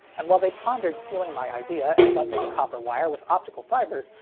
and while they pondered stealing my idea and bundling copper wire with optical fibers,